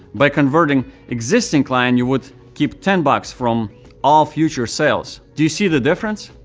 by converting existing client, you would keep ten bucks from all future sales. do you see the difference?